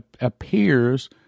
appears